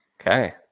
Okay